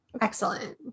Excellent